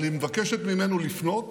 אבל היא מבקשת ממנו לפנות